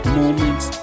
moments